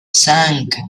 cinq